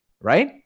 right